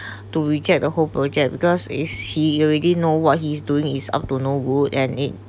to reject the whole project because his he already know what he's doing is up to no good and it